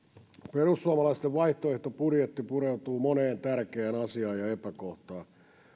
perussuomalaisten vaihtoehtobudjetti pureutuu moneen tärkeään asiaan ja epäkohtaan